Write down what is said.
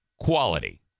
quality